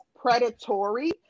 predatory